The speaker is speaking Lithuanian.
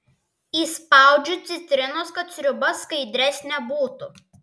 įspaudžiu citrinos kad sriuba skaidresnė būtų